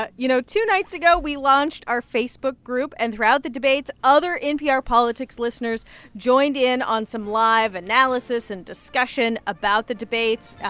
but you know, two nights ago, we launched our facebook group. and throughout the debate, other npr politics listeners joined in on some live analysis and discussion about the debates.